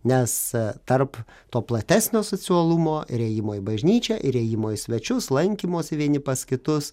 nes tarp to platesnio socialumo ir ėjimo į bažnyčią ir ėjimo į svečius lankymosi vieni pas kitus